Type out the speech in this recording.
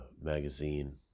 magazine